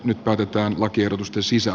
nyt päätetään lakiehdotustensissä